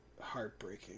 heartbreaking